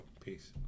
peace